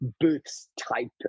booths-type